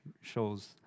shows